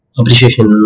appreciation